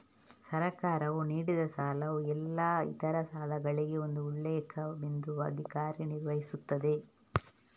ಸರ್ಕಾರವು ನೀಡಿದಸಾಲವು ಎಲ್ಲಾ ಇತರ ಸಾಲಗಳಿಗೆ ಒಂದು ಉಲ್ಲೇಖ ಬಿಂದುವಾಗಿ ಕಾರ್ಯ ನಿರ್ವಹಿಸುತ್ತದೆ